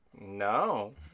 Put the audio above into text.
No